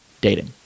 dating